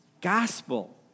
gospel